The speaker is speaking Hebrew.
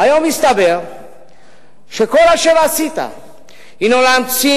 היום הסתבר שכל אשר עשית הינו להמציא